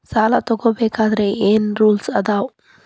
ಸಾಲ ತಗೋ ಬೇಕಾದ್ರೆ ಏನ್ ರೂಲ್ಸ್ ಅದಾವ?